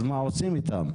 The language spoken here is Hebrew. אז מה עושים איתם?